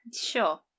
Sure